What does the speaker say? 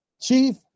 Chief